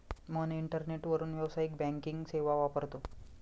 मोहन इंटरनेटवरून व्यावसायिक बँकिंग सेवा वापरतो